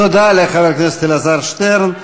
תודה לחבר הכנסת אלעזר שטרן.